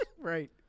right